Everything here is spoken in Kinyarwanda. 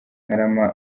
ntarama